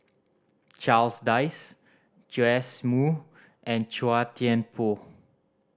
Charles Dyce Joash Moo and Chua Thian Poh